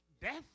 death